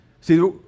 See